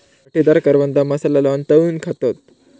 काटेदार करवंदा मसाला लाऊन तळून खातत